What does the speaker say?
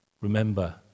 Remember